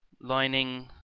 lining